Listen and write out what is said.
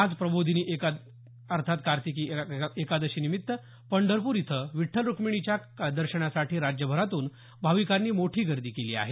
आज प्रबोधिनी कार्तिकी अर्थात एकादशीनिमित्त पंढरपूर इथं विठ्ठल रुक्मिणीच्या दर्शनासाठी राज्यभरातून भाविकांनी मोठी गर्दी केली आहे